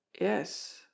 Yes